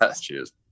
cheers